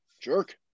jerk